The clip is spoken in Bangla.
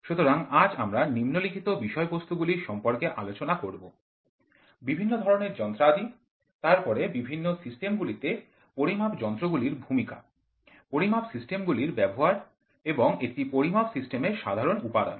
সুতরাং আজ আমরা নিম্নলিখিত বিষয়বস্তুর সম্পর্কে আলোচনা করব বিভিন্ন ধরণের যন্ত্রাদি তারপরে পরিমাপ সিস্টেমগুলিতে পরিমাপ যন্ত্রগুলির ভূমিকা পরিমাপ সিস্টেমগুলির ব্যবহার এবং একটি পরিমাপ সিস্টেমের সাধারণ উপাদান